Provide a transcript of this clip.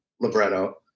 libretto